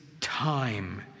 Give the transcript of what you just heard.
time